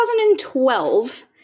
2012